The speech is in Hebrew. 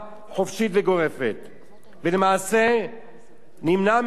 ולמעשה נמנעים מהגדרה משום הקושי הכרוך בה.